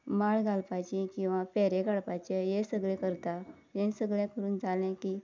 माळ घालपाची किंवां फेरे काडपाचे हें सगळें करता हें सगळें करून जालें की